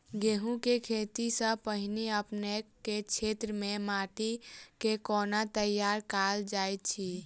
गेंहूँ केँ खेती सँ पहिने अपनेक केँ क्षेत्र मे माटि केँ कोना तैयार काल जाइत अछि?